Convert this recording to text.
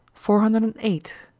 four hundred and eight.